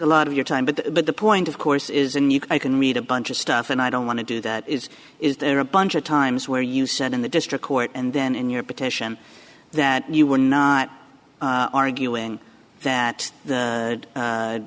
a lot of your time but but the point of course is in you i can read a bunch of stuff and i don't want to do that is is there a bunch of times where you said in the district court and then in your petition that you were not arguing that